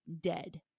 dead